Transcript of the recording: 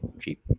cheap